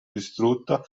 distrutta